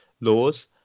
laws